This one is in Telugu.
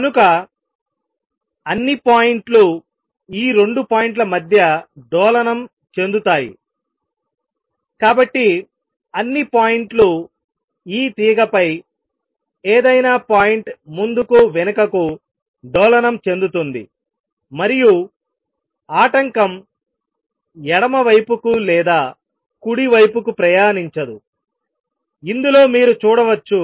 కనుక అన్ని పాయింట్లు ఈ 2 పాయింట్ల మధ్య డోలనంఆసిలేట్ చెందుతాయికాబట్టి అన్ని పాయింట్లుఈ తీగ పై ఏదైనా పాయింట్ ముందుకు వెనుకకు డోలనం చెందుతుంది మరియు ఆటంకం ఎడమ వైపుకు లేదా కుడి వైపుకు ప్రయాణించదుఇందులో మీరు చూడవచ్చు